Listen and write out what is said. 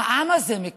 העם הזה מקודש,